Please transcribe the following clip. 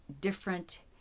different